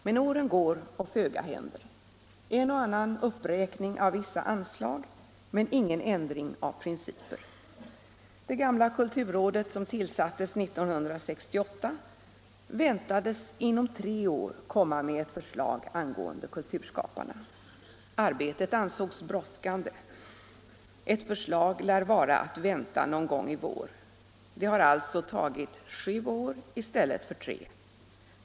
Men åren går och föga händer, en och annan uppräkning av vissa anslag, men ingen ändring av principer. Det gamla kulturrådet, som tillsattes 1968, väntades inom tre år lägga fram förslag angående kulturskaparna. Arbetet ansågs brådskande. Ett förslag lär vara att vänta någon gång i vår. Det har alltså tagit sju år i stället för tre.